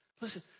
Listen